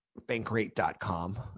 bankrate.com